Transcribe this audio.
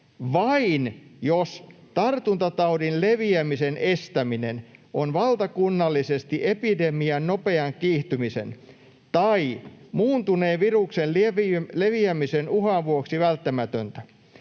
vain, jos tartuntataudin leviämisen estäminen on valtakunnallisesti epidemian nopean kiihtymisen tai muuntuneen viruksen leviämisen uhan vuoksi välttämätöntä